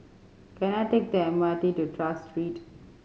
can I take the M R T to Tras Street